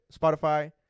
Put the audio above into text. Spotify